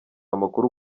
amakuru